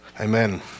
Amen